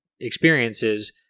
experiences